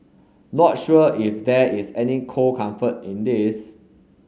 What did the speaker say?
not sure if there is any cold comfort in this